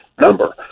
number